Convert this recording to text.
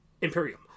Imperium